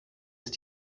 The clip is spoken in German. ist